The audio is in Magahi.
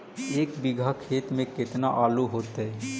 एक बिघा खेत में केतना आलू होतई?